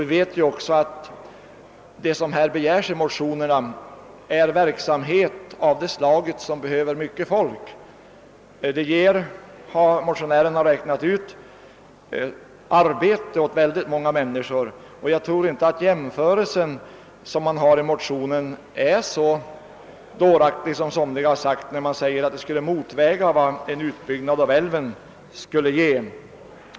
Vi vet också att det som begärs i motionerna gäller verksamhet som kräver mycket folk. Motionärerna har räknat ut att det ger arbete åt många människor, och jag tror inte att jämförelsen i motionen är så dåraktig som somliga velat göra gällande. Det framhålles alltså att det skulle motsvara vad en utbyggnad av älven skuile ge.